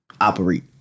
operate